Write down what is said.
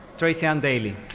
tracey-ann daley.